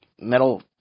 metal